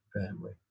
family